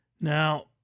Now